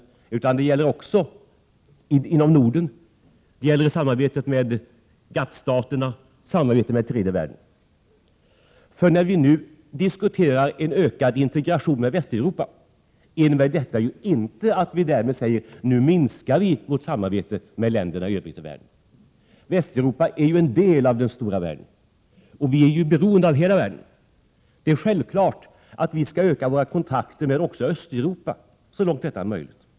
Det gäller också samarbetet inom Norden, med GATT-staterna och med tredje världen. När vi nu diskuterar en ökad integration med Västeuropa, innebär det inte att vi därmed säger att vi skall minska vårt samarbete med länderna i övriga världen. Västeuropa är ju en del av den stora världen. Vi är beroende av hela världen. Vi skall självfallet också öka våra kontakter med Östeuropa så långt det är möjligt.